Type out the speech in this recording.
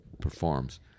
performs